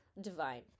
divine